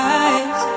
eyes